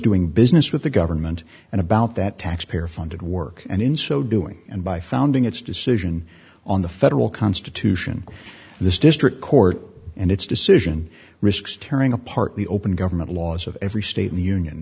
doing business with the government and about that taxpayer funded work and in so doing and by founding its decision on the federal constitution this district court and its decision risks tearing apart the open government laws of every state in the union